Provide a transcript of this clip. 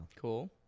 cool